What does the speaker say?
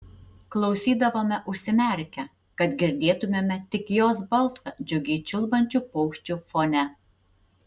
klausydavome užsimerkę kad girdėtumėme tik jos balsą džiugiai čiulbančių paukščių fone